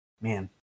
man